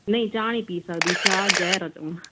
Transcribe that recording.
ਨਹੀਂ ਚਾਹ ਨਹੀਂ ਪੀ ਸਕਦੀ ਚਾਹ ਜ਼ਹਿਰ ਆ ਤੈਨੂੰ